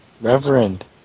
Reverend